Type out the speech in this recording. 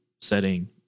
setting